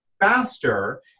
faster